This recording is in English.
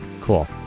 Cool